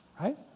right